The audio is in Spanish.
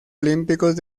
olímpicos